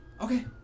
Okay